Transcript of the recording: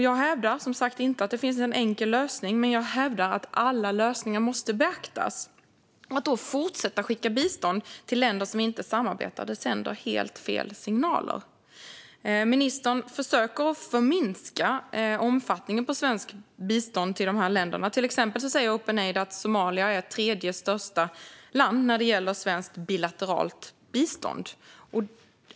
Jag hävdar som sagt inte att det finns en enkel lösning, men jag hävdar att alla lösningar måste beaktas. Att då fortsätta skicka bistånd till länder som inte samarbetar sänder helt fel signaler. Ministern försöker förminska omfattningen på svenskt bistånd till dessa länder. Till exempel säger Openaid att Somalia är tredje största land när det gäller svenskt bilateralt bistånd.